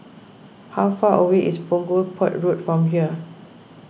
how far away is Punggol Port Road from here